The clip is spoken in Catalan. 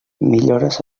millores